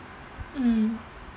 mm